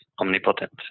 omnipotent